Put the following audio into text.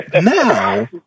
Now